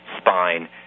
spine